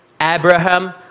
Abraham